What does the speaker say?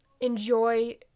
enjoy